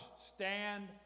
Stand